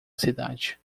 cidade